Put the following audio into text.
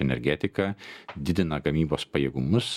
energetiką didina gamybos pajėgumus